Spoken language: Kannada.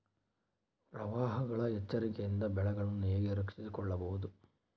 ಪ್ರವಾಹಗಳ ಎಚ್ಚರಿಕೆಯಿಂದ ಬೆಳೆಗಳನ್ನು ಹೇಗೆ ರಕ್ಷಿಸಿಕೊಳ್ಳಬಹುದು?